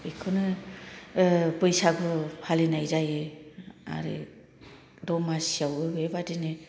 बेखौनो बैसागु फालिनाय जायो आरो दमासिआवबो बेबादिनो फिथा सिथाव